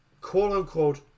quote-unquote